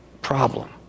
Problem